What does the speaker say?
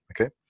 okay